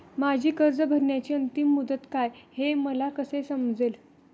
माझी कर्ज भरण्याची अंतिम मुदत काय, हे मला कसे समजेल?